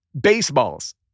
baseballs